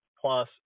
plus